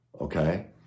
Okay